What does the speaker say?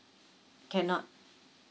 cannot